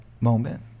moment